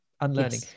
Unlearning